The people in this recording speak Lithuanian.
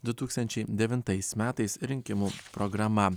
du tūkstančiai devintais metais rinkimų programa